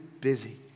busy